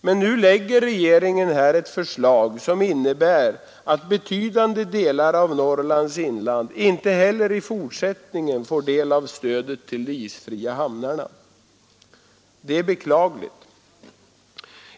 Men nu lägger regeringen ett förslag som innebär att betydande delar av Norrlands inland inte heller i fortsättningen får del av stödet till de isfria hamnarna. Det är beklagligt.